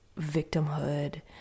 victimhood